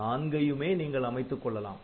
நான்கையுமே நீங்கள் அமைத்துக் கொள்ளலாம்